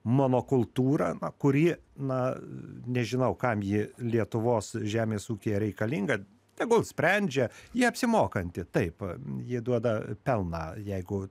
mano kultūrą na kuri na nežinau kam ji lietuvos žemės ūkyje reikalinga tegul sprendžia ji apsimokanti taip ji duoda pelną jeigu